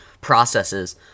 processes